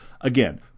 again